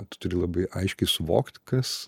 tu turi labai aiškiai suvokt kas